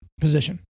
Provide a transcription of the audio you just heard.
position